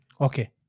Okay